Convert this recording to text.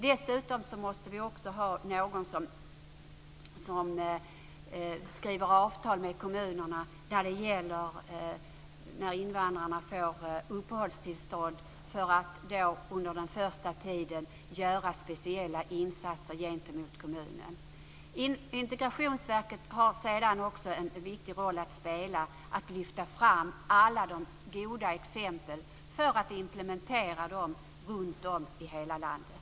Dessutom måste vi ha någon instans som träffar avtal med kommunerna när invandrarna får uppehållstillstånd om att under den första tiden göra speciella insatser gentemot kommunen. Integrationsverket har också en viktig roll att spela i att lyfta fram goda exempel som kan implementeras runtom i hela landet.